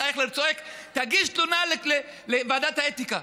אייכלר צועק: תגיש תלונה לוועדת האתיקה.